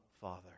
Father